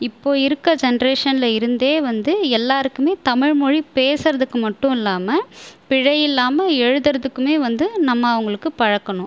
இப்போ இருக்க ஜென்ரேஷனில் இருந்தே வந்து எல்லாருக்குமே தமிழ் மொழி பேசறதுக்கு மட்டும் இல்லாமல் பிழை இல்லாமல் எழுதுறதுக்குமே வந்து நம்ம அவங்களுக்கு பழக்கணும்